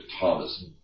Thomas